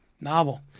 Novel